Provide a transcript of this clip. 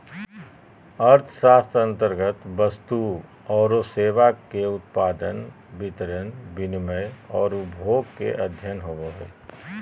अर्थशास्त्र अन्तर्गत वस्तु औरो सेवा के उत्पादन, वितरण, विनिमय औरो उपभोग के अध्ययन होवो हइ